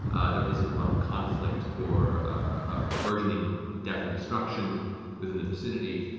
there isn't a lot of conflict or ah burgeoning death and destruction within the vicinity,